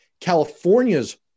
California's